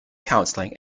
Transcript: counseling